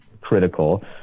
critical